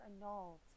annulled